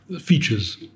features